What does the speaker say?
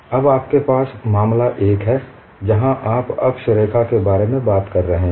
अब आपके पास मामला 1 है जहां आप अक्षरेखा प्रश्न के बारे में बात कर रहे हैं